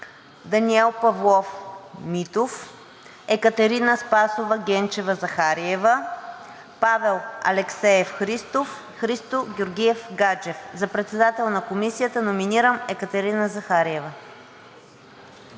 Даниел Павлов Митов, Екатерина Спасова Гечева-Захариева, Павел Алексеев Христов и Христо Георгиев Гаджев. За председател на Комисията номинирам Екатерина Захариева.